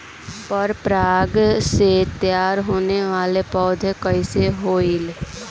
पर परागण से तेयार होने वले पौधे कइसे होएल?